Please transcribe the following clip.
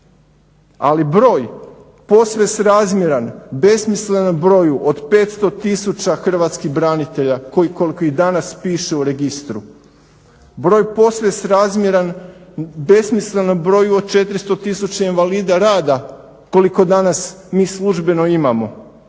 Ali broj posve srazmjeran besmislenom broju od 500 tisuća hrvatskih branitelja koji koliko ih danas piše u registru. Broj posve srazmjeran besmislenom broju od 400 tisuća invalida rada koliko danas mi službeno imamo.